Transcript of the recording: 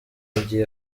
amagi